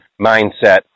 mindset